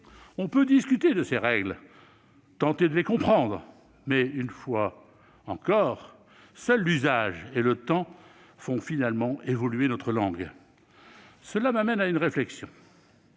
On peut discuter des règles, tenter de les comprendre. Mais, je le répète, seuls l'usage et le temps font finalement évoluer notre langue. Cela me conduit à une réflexion